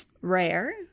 rare